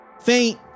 faint